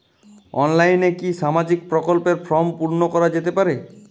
অনলাইনে কি সামাজিক প্রকল্পর ফর্ম পূর্ন করা যেতে পারে?